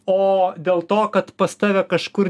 o dėl to kad pas tave kažkur